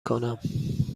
کنم